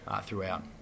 throughout